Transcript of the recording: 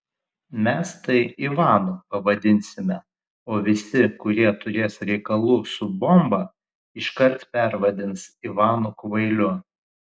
mes tai ivanu pavadinsime o visi kurie turės reikalų su bomba iškart pervadins ivanu kvailiu